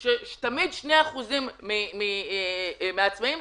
תתחייבו שכחול לבן תומכים וזה בוודאי יעבור.